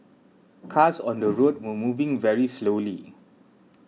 cars on the road were moving very slowly